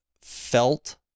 felt